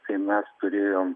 tai mes turėjom